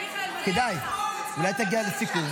כדאי, אולי תגיע לסיכום.